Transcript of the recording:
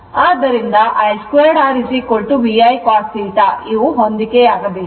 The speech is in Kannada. ಆದ್ದರಿಂದ I2R V I cos theta ಹೊಂದಿಕೆಯಾಗಬೇಕು